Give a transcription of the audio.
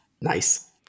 Nice